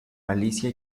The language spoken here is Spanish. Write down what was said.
alicia